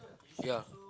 yeah